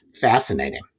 fascinating